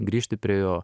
grįžti prie jo